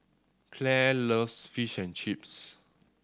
Clair loves Fish and Chips